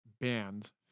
bands